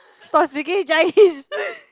stop speaking Chinese